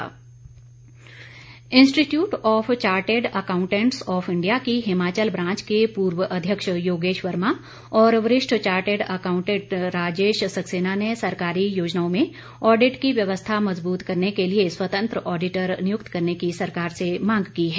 chartered accountant institute of chartered accountants of India की Himachal branch के पूर्व अध्यक्ष योगेश वर्मा और वरिष्ठ चार्टेड आकांउटेंट राजेश सक्सेना ने सरकारी योजनाओं में ऑडिट की व्यवस्था मजबूत करने के लिए स्वतंत्र ऑडिटर नियुक्त करने की सरकार से मांग की है